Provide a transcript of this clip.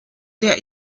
der